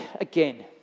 again